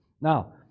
Now